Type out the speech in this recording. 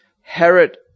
Herod